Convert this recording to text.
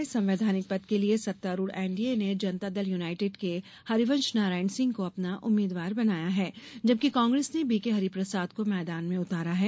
इस संवैधानिक पद के लिए सत्तारूढ़ एन डी ए ने जनता दल यूनाइटेड के हरिवंश नारायण सिंह को अपना उम्मीदवार बनाया है जबकि कांग्रेस ने बी के हरिप्रसाद को मैदान में उतारा है